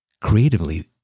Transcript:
Creatively